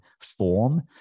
form